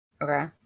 Okay